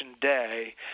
Day